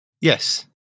Yes